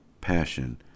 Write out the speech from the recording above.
passion